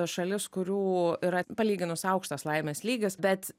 šalis kurių yra palyginus aukštas laimės lygis bet